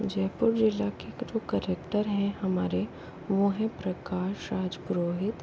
जयपुर ज़िला के जो कलेक्टर हैं हमारे वो हैं प्रकाश राज पुरोहित